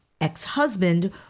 ex-husband